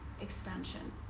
expansion